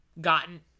gotten